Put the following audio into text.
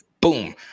boom